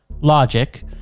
logic